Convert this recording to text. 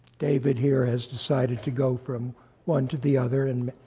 david, here, has decided to go from one to the other, and